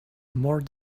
more